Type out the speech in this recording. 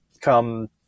come